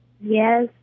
Yes